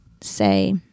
say